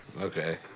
Okay